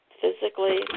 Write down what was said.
physically